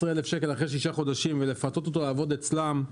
11,000 שקל אחרי שישה חודשים ולפתות אותו לעבוד אצלם.